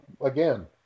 again